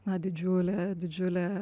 na didžiulė didžiulė